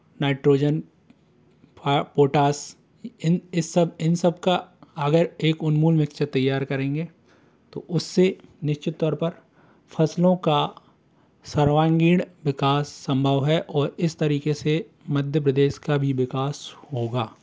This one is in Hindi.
नाइट्रोजन फ पोटास इन इस सब इन सब का अगर एक उन्मूलन मिक्चर तैयर करेंगे तो उस से निश्चित तौर पर फ़सलों का सर्वांगीण विकास सम्भव है और इस तरीक़े से मध्य प्रदेश का भी विकास होगा